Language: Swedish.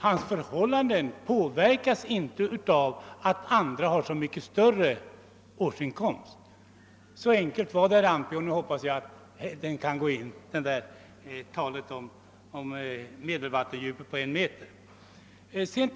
Hans förhållanden påverkas inte av att andra har så mycket större årsinkomster. Så enkelt är det, herr Antby, och nu hoppas jag, att talet med vattendjupet på en meter kan gå in.